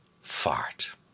fart